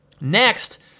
Next